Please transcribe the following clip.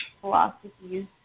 philosophies